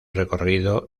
recorrido